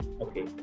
Okay